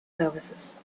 services